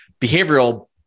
behavioral